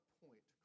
point